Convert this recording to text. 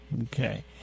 Okay